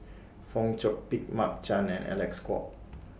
Fong Chong Pik Mark Chan and Alec Kuok